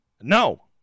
no